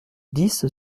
dix